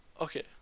Okay